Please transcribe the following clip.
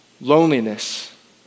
Loneliness